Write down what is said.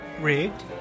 Rigged